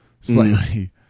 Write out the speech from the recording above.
Slightly